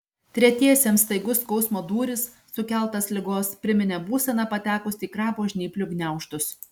tretiesiems staigus skausmo dūris sukeltas ligos priminė būseną patekus į krabo žnyplių gniaužtus